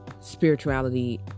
spirituality